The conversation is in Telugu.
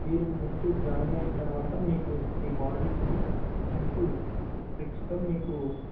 మీరు ముందు జాయిన్ అయిన తరువాత మీకు మీ బాడీకి సింపుల్ ట్రిక్స్తో మీకు